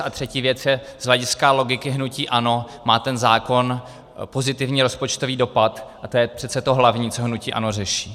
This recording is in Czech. A třetí věc z hlediska logiky hnutí ANO má ten zákon pozitivní rozpočtový dopad a to je přece to hlavní, co hnutí ANO řeší.